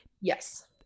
Yes